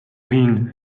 үгийн